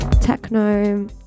techno